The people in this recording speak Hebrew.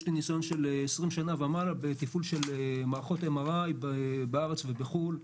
יש לי ניסיון של 20 שנה ומעלה בתפעול של מערכות MRI בארץ ובחו"ל.